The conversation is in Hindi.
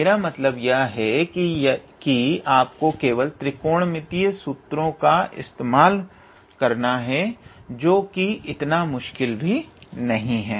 मेरा मतलब यह है कि आपको केवल त्रिकोणमितिय सुत्रों का इस्तेमाल करना है जो कि इतना मुश्किल भी नहीं है